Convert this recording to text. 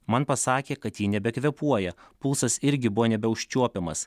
man pasakė kad ji nebekvėpuoja pulsas irgi buvo nebeužčiuopiamas